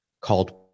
called